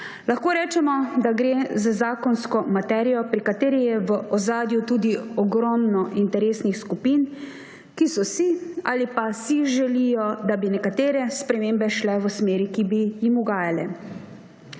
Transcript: Lahko rečemo, da gre za zakonsko materijo, pri kateri je v ozadju tudi ogromno interesnih skupin, ki so si ali pa si želijo, da bi nekatere spremembe šle v smeri, ki bi jim ugajale.